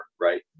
right